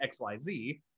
XYZ